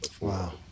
Wow